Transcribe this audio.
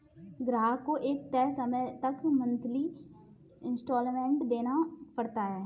ग्राहक को एक तय समय तक मंथली इंस्टॉल्मेंट देना पड़ता है